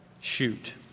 shoot